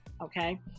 Okay